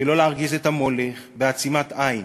שלא להרגיז את המולך, בעצימת עין.